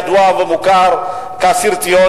ידוע ומוכר כאסיר ציון,